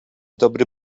dobry